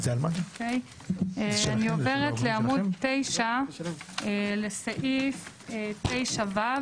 אני עוברת לעמוד 9 לסעיף 9(ו).